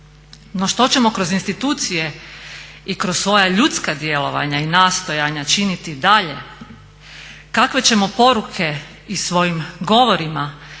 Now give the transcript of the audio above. No, što ćemo kroz institucije i kroz svoja ljudska djelovanja i nastojanja činiti dalje, kakve ćemo poruke i svojim govorima